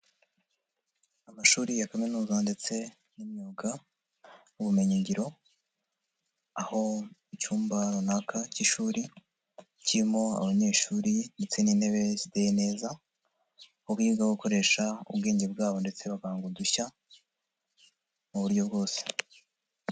Amashuri ya kaminuza ndetse n'imyuga n'ubumenyingiro aho mu cyumba runaka cy'ishuri kirimo abanyeshuri ndetse n'intebe ziteye neza aho biga gukoresha ubwenge bwabo ndetse bakahanga udushya mu buryo bwose.